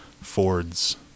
Ford's